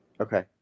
okay